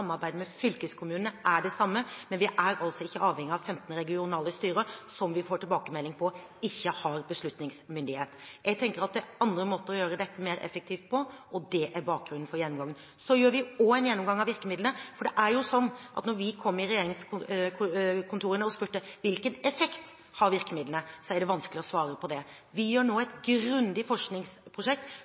med fylkeskommunene er den samme, men vi er altså ikke avhengig av 15 regionale styrer som vi får tilbakemelding om at ikke har beslutningsmyndighet. Jeg tenker at det er andre måter å gjøre dette mer effektivt på, og det er bakgrunnen for gjennomgangen. Vi gjør også en gjennomgang av virkemidlene, for da vi kom i regjeringskontorene, spurte vi om hvilken effekt virkemidlene har. Det er det vanskelig å svare på. Vi gjennomfører nå et grundig forskningsprosjekt